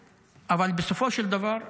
תקינה, אבל בסופו של דבר אמרו: